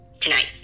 Tonight